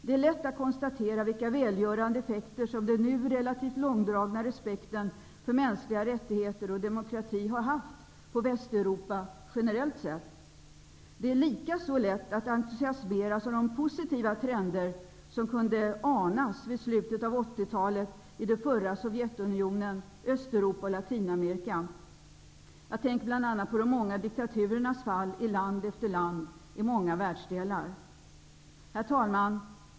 Det är lätt att konstatera vilka välgörande effekter som den nu relativt långdragna respekten för mänskliga rättigheter och demokrati har haft på Västeuropa generellt sett. Det är likaså lätt att entusiasmeras av de positiva trender som vid slutet av 80-talet i det förra Sovjetunionen, Östeuropa och Latinamerika kunde anas. Jag tänker bl.a. på de många diktaturernas fall i land efter land i många världsdelar. Herr talman!